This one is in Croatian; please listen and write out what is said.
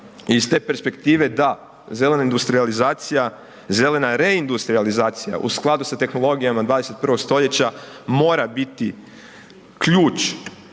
I s te perspektive, da, zelena industrijalizacija, zelena reindustrijalizacija u skladu sa tehnologijama 21. st. mora biti ključ